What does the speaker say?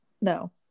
no